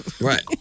Right